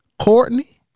Courtney